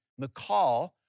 McCall